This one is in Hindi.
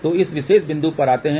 तो इस विशेष बिंदु पर आते हैं